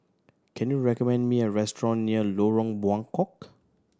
can you recommend me a restaurant near Lorong Buangkok